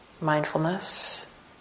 mindfulness